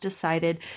decided